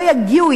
הם לא יגיעו,